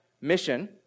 mission